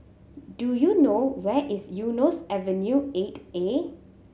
do you know where is Eunos Avenue Eight A